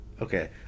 Okay